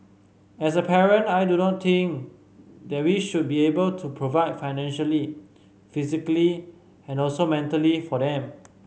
as a parent I do not think that we should be able to provide financially physically and also mentally for them